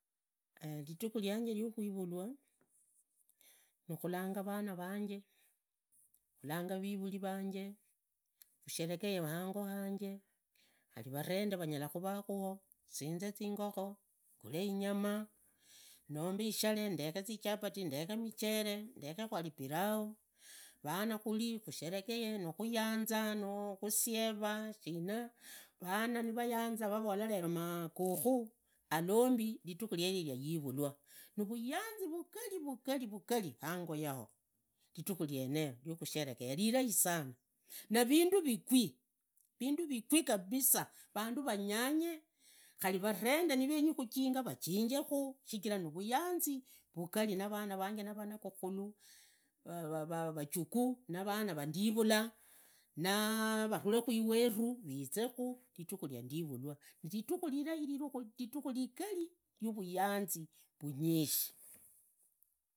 Ridhikhu rianje riakhuivulwa, ni khulanga vana vanje, khulanga vivuri vanje, kusherehee hango hanje, khari varende vanyala khurakhuo, sinze zingokho ngule inyama, nombe isherehee, nombe zicharahi, ndekhe zichirati, ndekhe muchere, ndekhe khari pilagu vana khuli khusherekee, nukhuyanza nakhusiera shina. Vana nivanyanza nivavola rero gukhu alombi lidikhu yaivulwa nivuyanzi vugali vugali vugali hango yaho ridhikhu rienero riakhusherekhea rirai sana. Na rindu vigwi rindu vigwi kabisa, vandu vanyanye khari varende nivenyi khujinga vajingekhu, shichira nivuganzi vukhari na vana vanje narapukhulu, vajukhu na vana ndivula vavulekhu vavulekhu lweru rizekhu ridhikhu riandivulwa niridhikhu ridhikhu rirai niridhikhu rigali yuvuyanzi vunyishi.